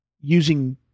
using